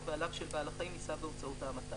בעליו של בעל החיים ימצא בהוצאות המתה".